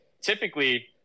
typically